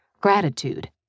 gratitude